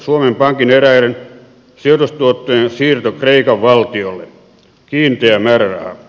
suomen pankin eräiden sijoitustuottojen siirto kreikan valtiolle kiinteä määräraha